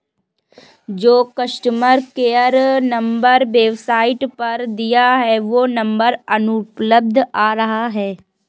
जो customer care number website पर दिया है वो नंबर अनुपलब्ध आ रहा है